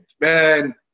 man